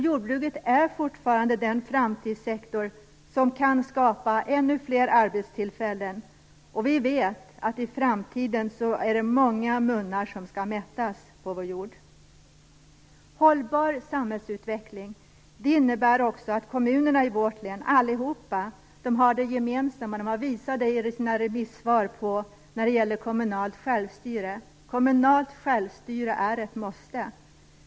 Jordbruket är fortfarande den framtidssektor som kan skapa ännu fler arbetstillfällen. Vi vet att i framtiden är det många munnar som skall mättas på vår jord. En hållbar samhällsutveckling innebär också att alla kommuner i vårt län har ett gemensamt krav på kommunalt självstyre. Det har de visat i sina remisssvar. Kommunalt självstyre är ett måste.